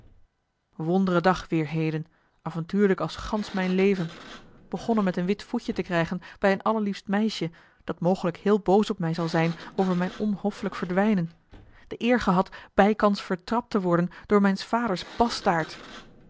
wondre dag weêr heden avontuurlijk als gansch mijn leven begonnen met een wit voetje te krijgen bij een allerliefst meisje dat mogelijk heel boos op mij zal zijn over mijn onhoffelijk verdwijnen de eer gehad bijkans vertrapt te worden door mijns vaders